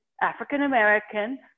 African-American